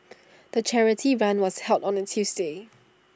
the charity run was held on A Tuesday